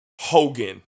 Hogan